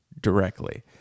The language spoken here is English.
directly